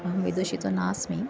अहं विदुषि तु नास्मि